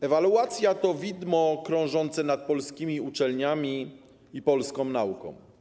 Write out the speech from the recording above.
Ewaluacja to widmo krążące nad polskimi uczelniami i polską nauką.